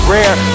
Rare